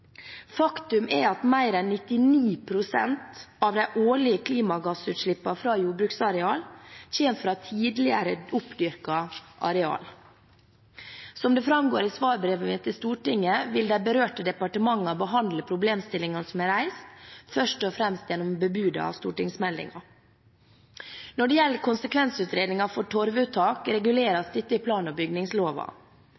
Faktum er at mer enn 99 pst. av de årlige klimagassutslippene fra jordbruksarealer kommer fra tidligere oppdyrkede arealer. Som det framgår i svarbrevet mitt til Stortinget, vil de berørte departementene behandle problemstillingene som er reist, først og fremst gjennom bebudede stortingsmeldinger. Når det gjelder konsekvensutredninger for torvuttak, reguleres dette i